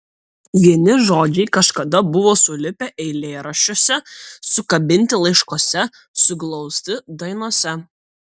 vieni žodžiai kažkada buvo sulipę eilėraščiuose sukabinti laiškuose suglausti dainose